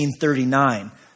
1939